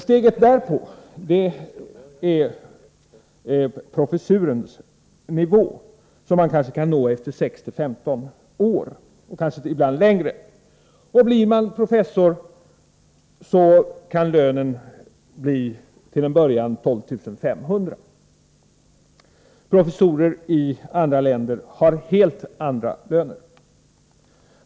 Steget därpå är professurens nivå som man kanske kan nå efter 6-15 år, ibland efter längre tid, Blir man professor, kan lönen till en början bli 12 500 kr. Professorer i andra länder, har helt andra löner.